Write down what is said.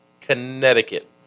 Connecticut